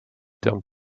termes